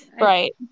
right